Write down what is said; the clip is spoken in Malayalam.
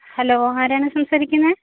ഹലോ ആരാണ് സംസാരിക്കുന്നത്